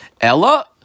Ella